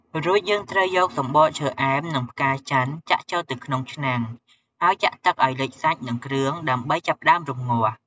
រួចយើងត្រូវយកសំបកឈើអែម និង ផ្កាចន្ទន៍ចាក់ចូលទៅក្នុងឆ្នាំង ហើយចាក់ទឹកឱ្យលិចសាច់ និងគ្រឿង ដើម្បីចាប់ផ្ដើមរំងាស់។